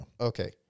Okay